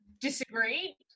disagree